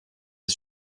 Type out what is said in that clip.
est